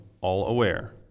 all-aware